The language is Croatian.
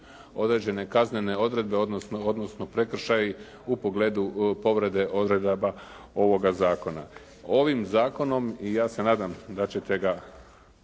određene kaznene odredbe odnosno prekršaji u pogledu povrede odredaba ovoga zakona. Ovim zakonom i ja se nadam da ćete ga